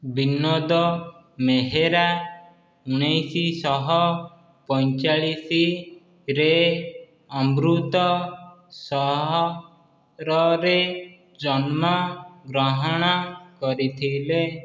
ବିନୋଦ ମେହେରା ଉଣେଇଶଶହ ପଇଁଚାଳିଶି ରେ ଅମୃତସର୍ ସହରରେ ଜନ୍ମଗ୍ରହଣ କରିଥିଲେ